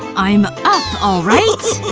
i'm up, alright!